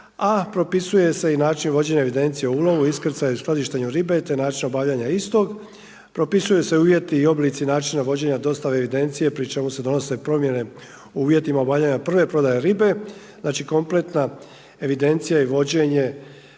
a propisuje se i način vođenja evidencije o ulovu, iskrcaj u skladištenju ribe, te način obavljanja istog. Propisuju se uvjeti i oblici načina vođenja i dostave evidencije pri čemu se donose promjene o uvjetima obavljanja prve prodaje ribe. Znači kompletna evidencija i vođenje